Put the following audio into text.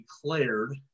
declared